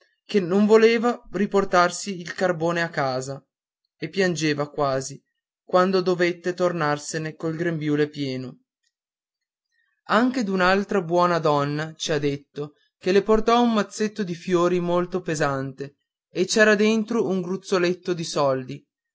donna non voleva riportarsi il carbone a casa e piangeva quasi quando dovette tornarsene col grembiale pieno anche d'un'altra buona donna ci ha detto che le portò un mazzetto di fiori molto pesante e c'era dentro un gruzzoletto di soldi